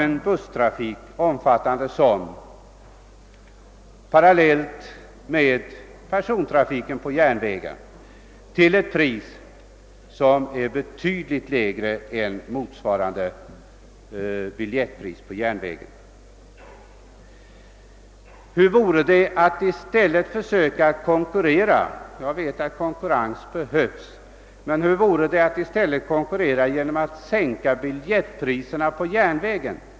SJ bedriver parallelit med persontrafiken på järnvägen en omfattande busstrafik till ett pris som är betydligt lägre än motsvarande biljettpris på järnvägen. Hur vore det att i stället försöka konkurrera — jag vet att konkurrens behövs genom att sänka biljettpriserna på järnvägen?